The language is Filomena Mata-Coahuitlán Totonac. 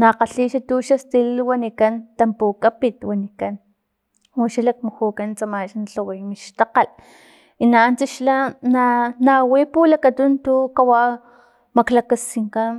na kgali xa tu xa stilil wanikan tampukapin wanikan uxa lakmujukan tsama axni lhaway mi xtakgal i nanuntsa xla nawi pulakatunu tukawau maklakaskinkan